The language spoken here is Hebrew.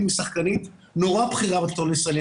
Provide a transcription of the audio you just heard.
משחקנית נורא בכירה בתיאטרון הישראלי,